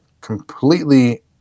completely